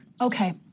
Okay